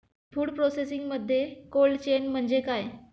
Food प्रोसेसिंगमध्ये cold chain म्हणजे काय?